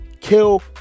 Kill